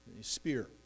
spear